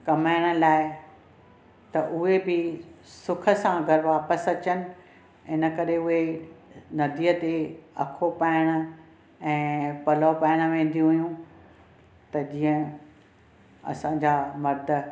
कमाइण लाइ त उहे बि सुख़ सां घरु वापसि अचनि इन करे उहे नदीअ ते अखो पाइणु ऐं पलउ पाइणु वेंदियूं हुयूं त जीअं असांजा मर्द